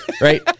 right